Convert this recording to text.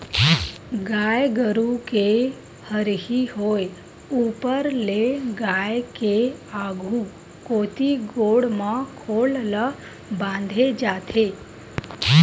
गाय गरु के हरही होय ऊपर ले गाय के आघु कोती गोड़ म खोल ल बांधे जाथे